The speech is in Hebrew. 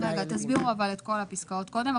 אבל תסבירו את כל הפסקאות קודם.